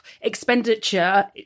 expenditure